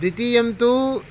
द्वितीयं तु